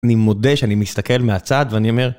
אני מודה שאני מסתכל מהצד ואני אומר...